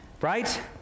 Right